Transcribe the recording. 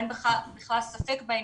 אין בכלל ספק בכך,